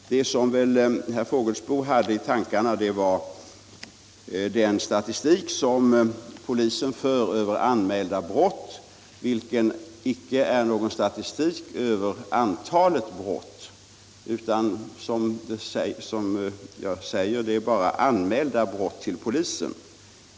Det som herr Fågelsbo hade i tankarna var väl den statistik som polisen för över anmälda browu, vilket icke är någon statistik över antalet brott utan som jag säger bara brott som anmäls till polisen.